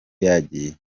yagiye